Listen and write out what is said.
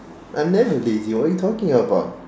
I'm never lazy what are you talking about